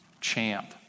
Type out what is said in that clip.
champ